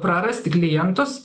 prarasti klientus